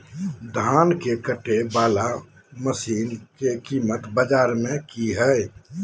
धान के कटे बाला मसीन के कीमत बाजार में की हाय?